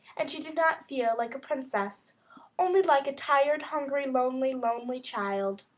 and she did not feel like a princess only like a tired, hungry, lonely, lonely child.